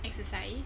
exercise